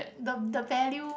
the the value